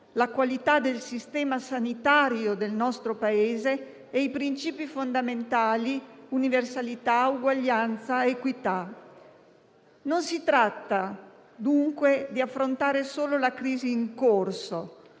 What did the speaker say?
la qualità del sistema sanitario del nostro Paese e i princìpi fondamentali di universalità, uguaglianza ed equità. Si tratta, dunque, non di affrontare solo la crisi in corso,